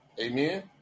Amen